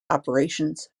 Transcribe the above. operations